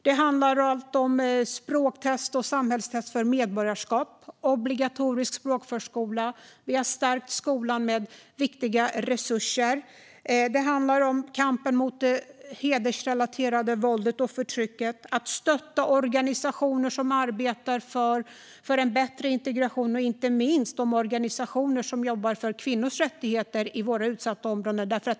Det handlar om språktest och samhällstest för medborgarskap och om obligatorisk språkförskola. Det handlar om att vi har stärkt skolan med viktiga resurser. Det handlar om kampen mot det hedersrelaterade våldet och förtrycket. Det handlar om att stötta organisationer som arbetar för en bättre integration och inte minst de organisationer som jobbar för kvinnors rättigheter i våra utsatta områden.